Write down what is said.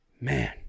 man